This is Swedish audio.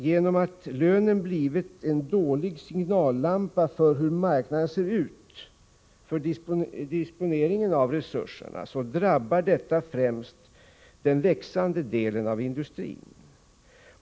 Genom att lönen har blivit en dålig signallampa för hur marknaden ser ut för disponeringen av resurser, drabbar detta främst den växande delen av industrin.